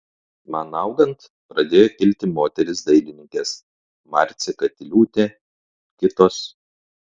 man augant pradėjo kilti moterys dailininkės marcė katiliūtė kitos